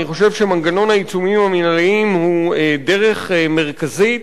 אני חושב שמנגנון העיצומים המינהליים הוא דרך מרכזית